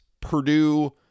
Purdue